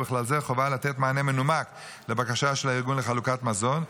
ובכלל זה חובה לתת מענה מנומק לבקשה של הארגון לחלוקת מזון,